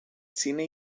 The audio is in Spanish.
cine